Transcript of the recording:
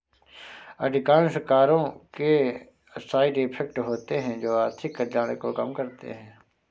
अधिकांश करों के साइड इफेक्ट होते हैं जो आर्थिक कल्याण को कम करते हैं